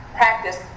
practice